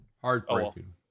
Heartbreaking